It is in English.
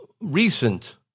recent